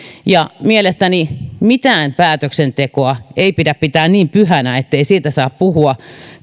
mielestäni mitään päätöksentekoa ei pidä pitää niin pyhänä ettei siitä saa puhua